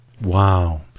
Wow